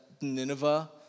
Nineveh